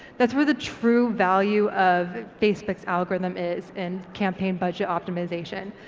that's where the true value of facebook's algorithm is and campaign budget optimisation,